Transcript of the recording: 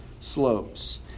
slopes